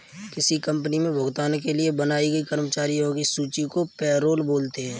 किसी कंपनी मे भुगतान के लिए बनाई गई कर्मचारियों की सूची को पैरोल बोलते हैं